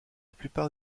plupart